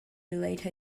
relate